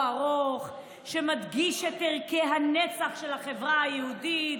ארוך שמדגיש את ערכי הנצח של החברה היהודית.